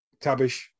tabish